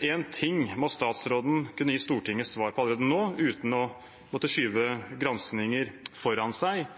én ting må statsråden kunne gi Stortinget svar på allerede nå, uten å måtte skyve granskningen foran seg: